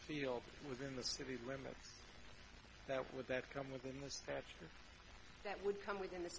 fields within the city limits that would that come within the statute that would come within the